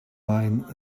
mine